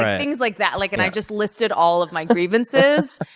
things like that, like and i just listed all of my grievances.